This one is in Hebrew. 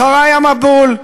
אחרי המבול,